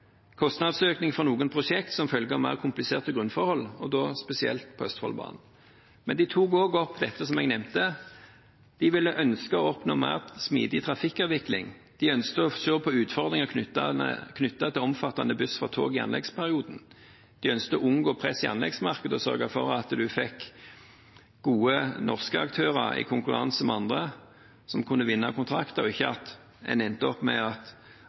kostnadsøkning for noen prosjekter som følge av mer kompliserte grunnforhold, og da spesielt på Østfoldbanen. Men de tok også opp dette som jeg nevnte, at de ønsket å oppnå mer smidig trafikkavvikling. De ønsket å se på utfordringer knyttet til omfattende bruk av buss for tog i anleggsperioden, de ønsket å unngå press i anleggsmarkedet og sørge for at gode norske aktører i konkurranse med andre kunne vinne kontrakter, og at man ikke endte opp med